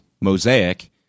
Mosaic